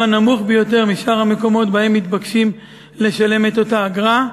הנמוך ביותר משאר המקומות שבהם מתבקשים לשלם אגרה.